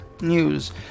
news